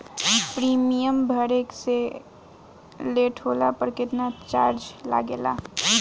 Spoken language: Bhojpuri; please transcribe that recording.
प्रीमियम भरे मे लेट होला पर केतना चार्ज लागेला?